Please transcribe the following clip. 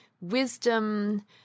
wisdom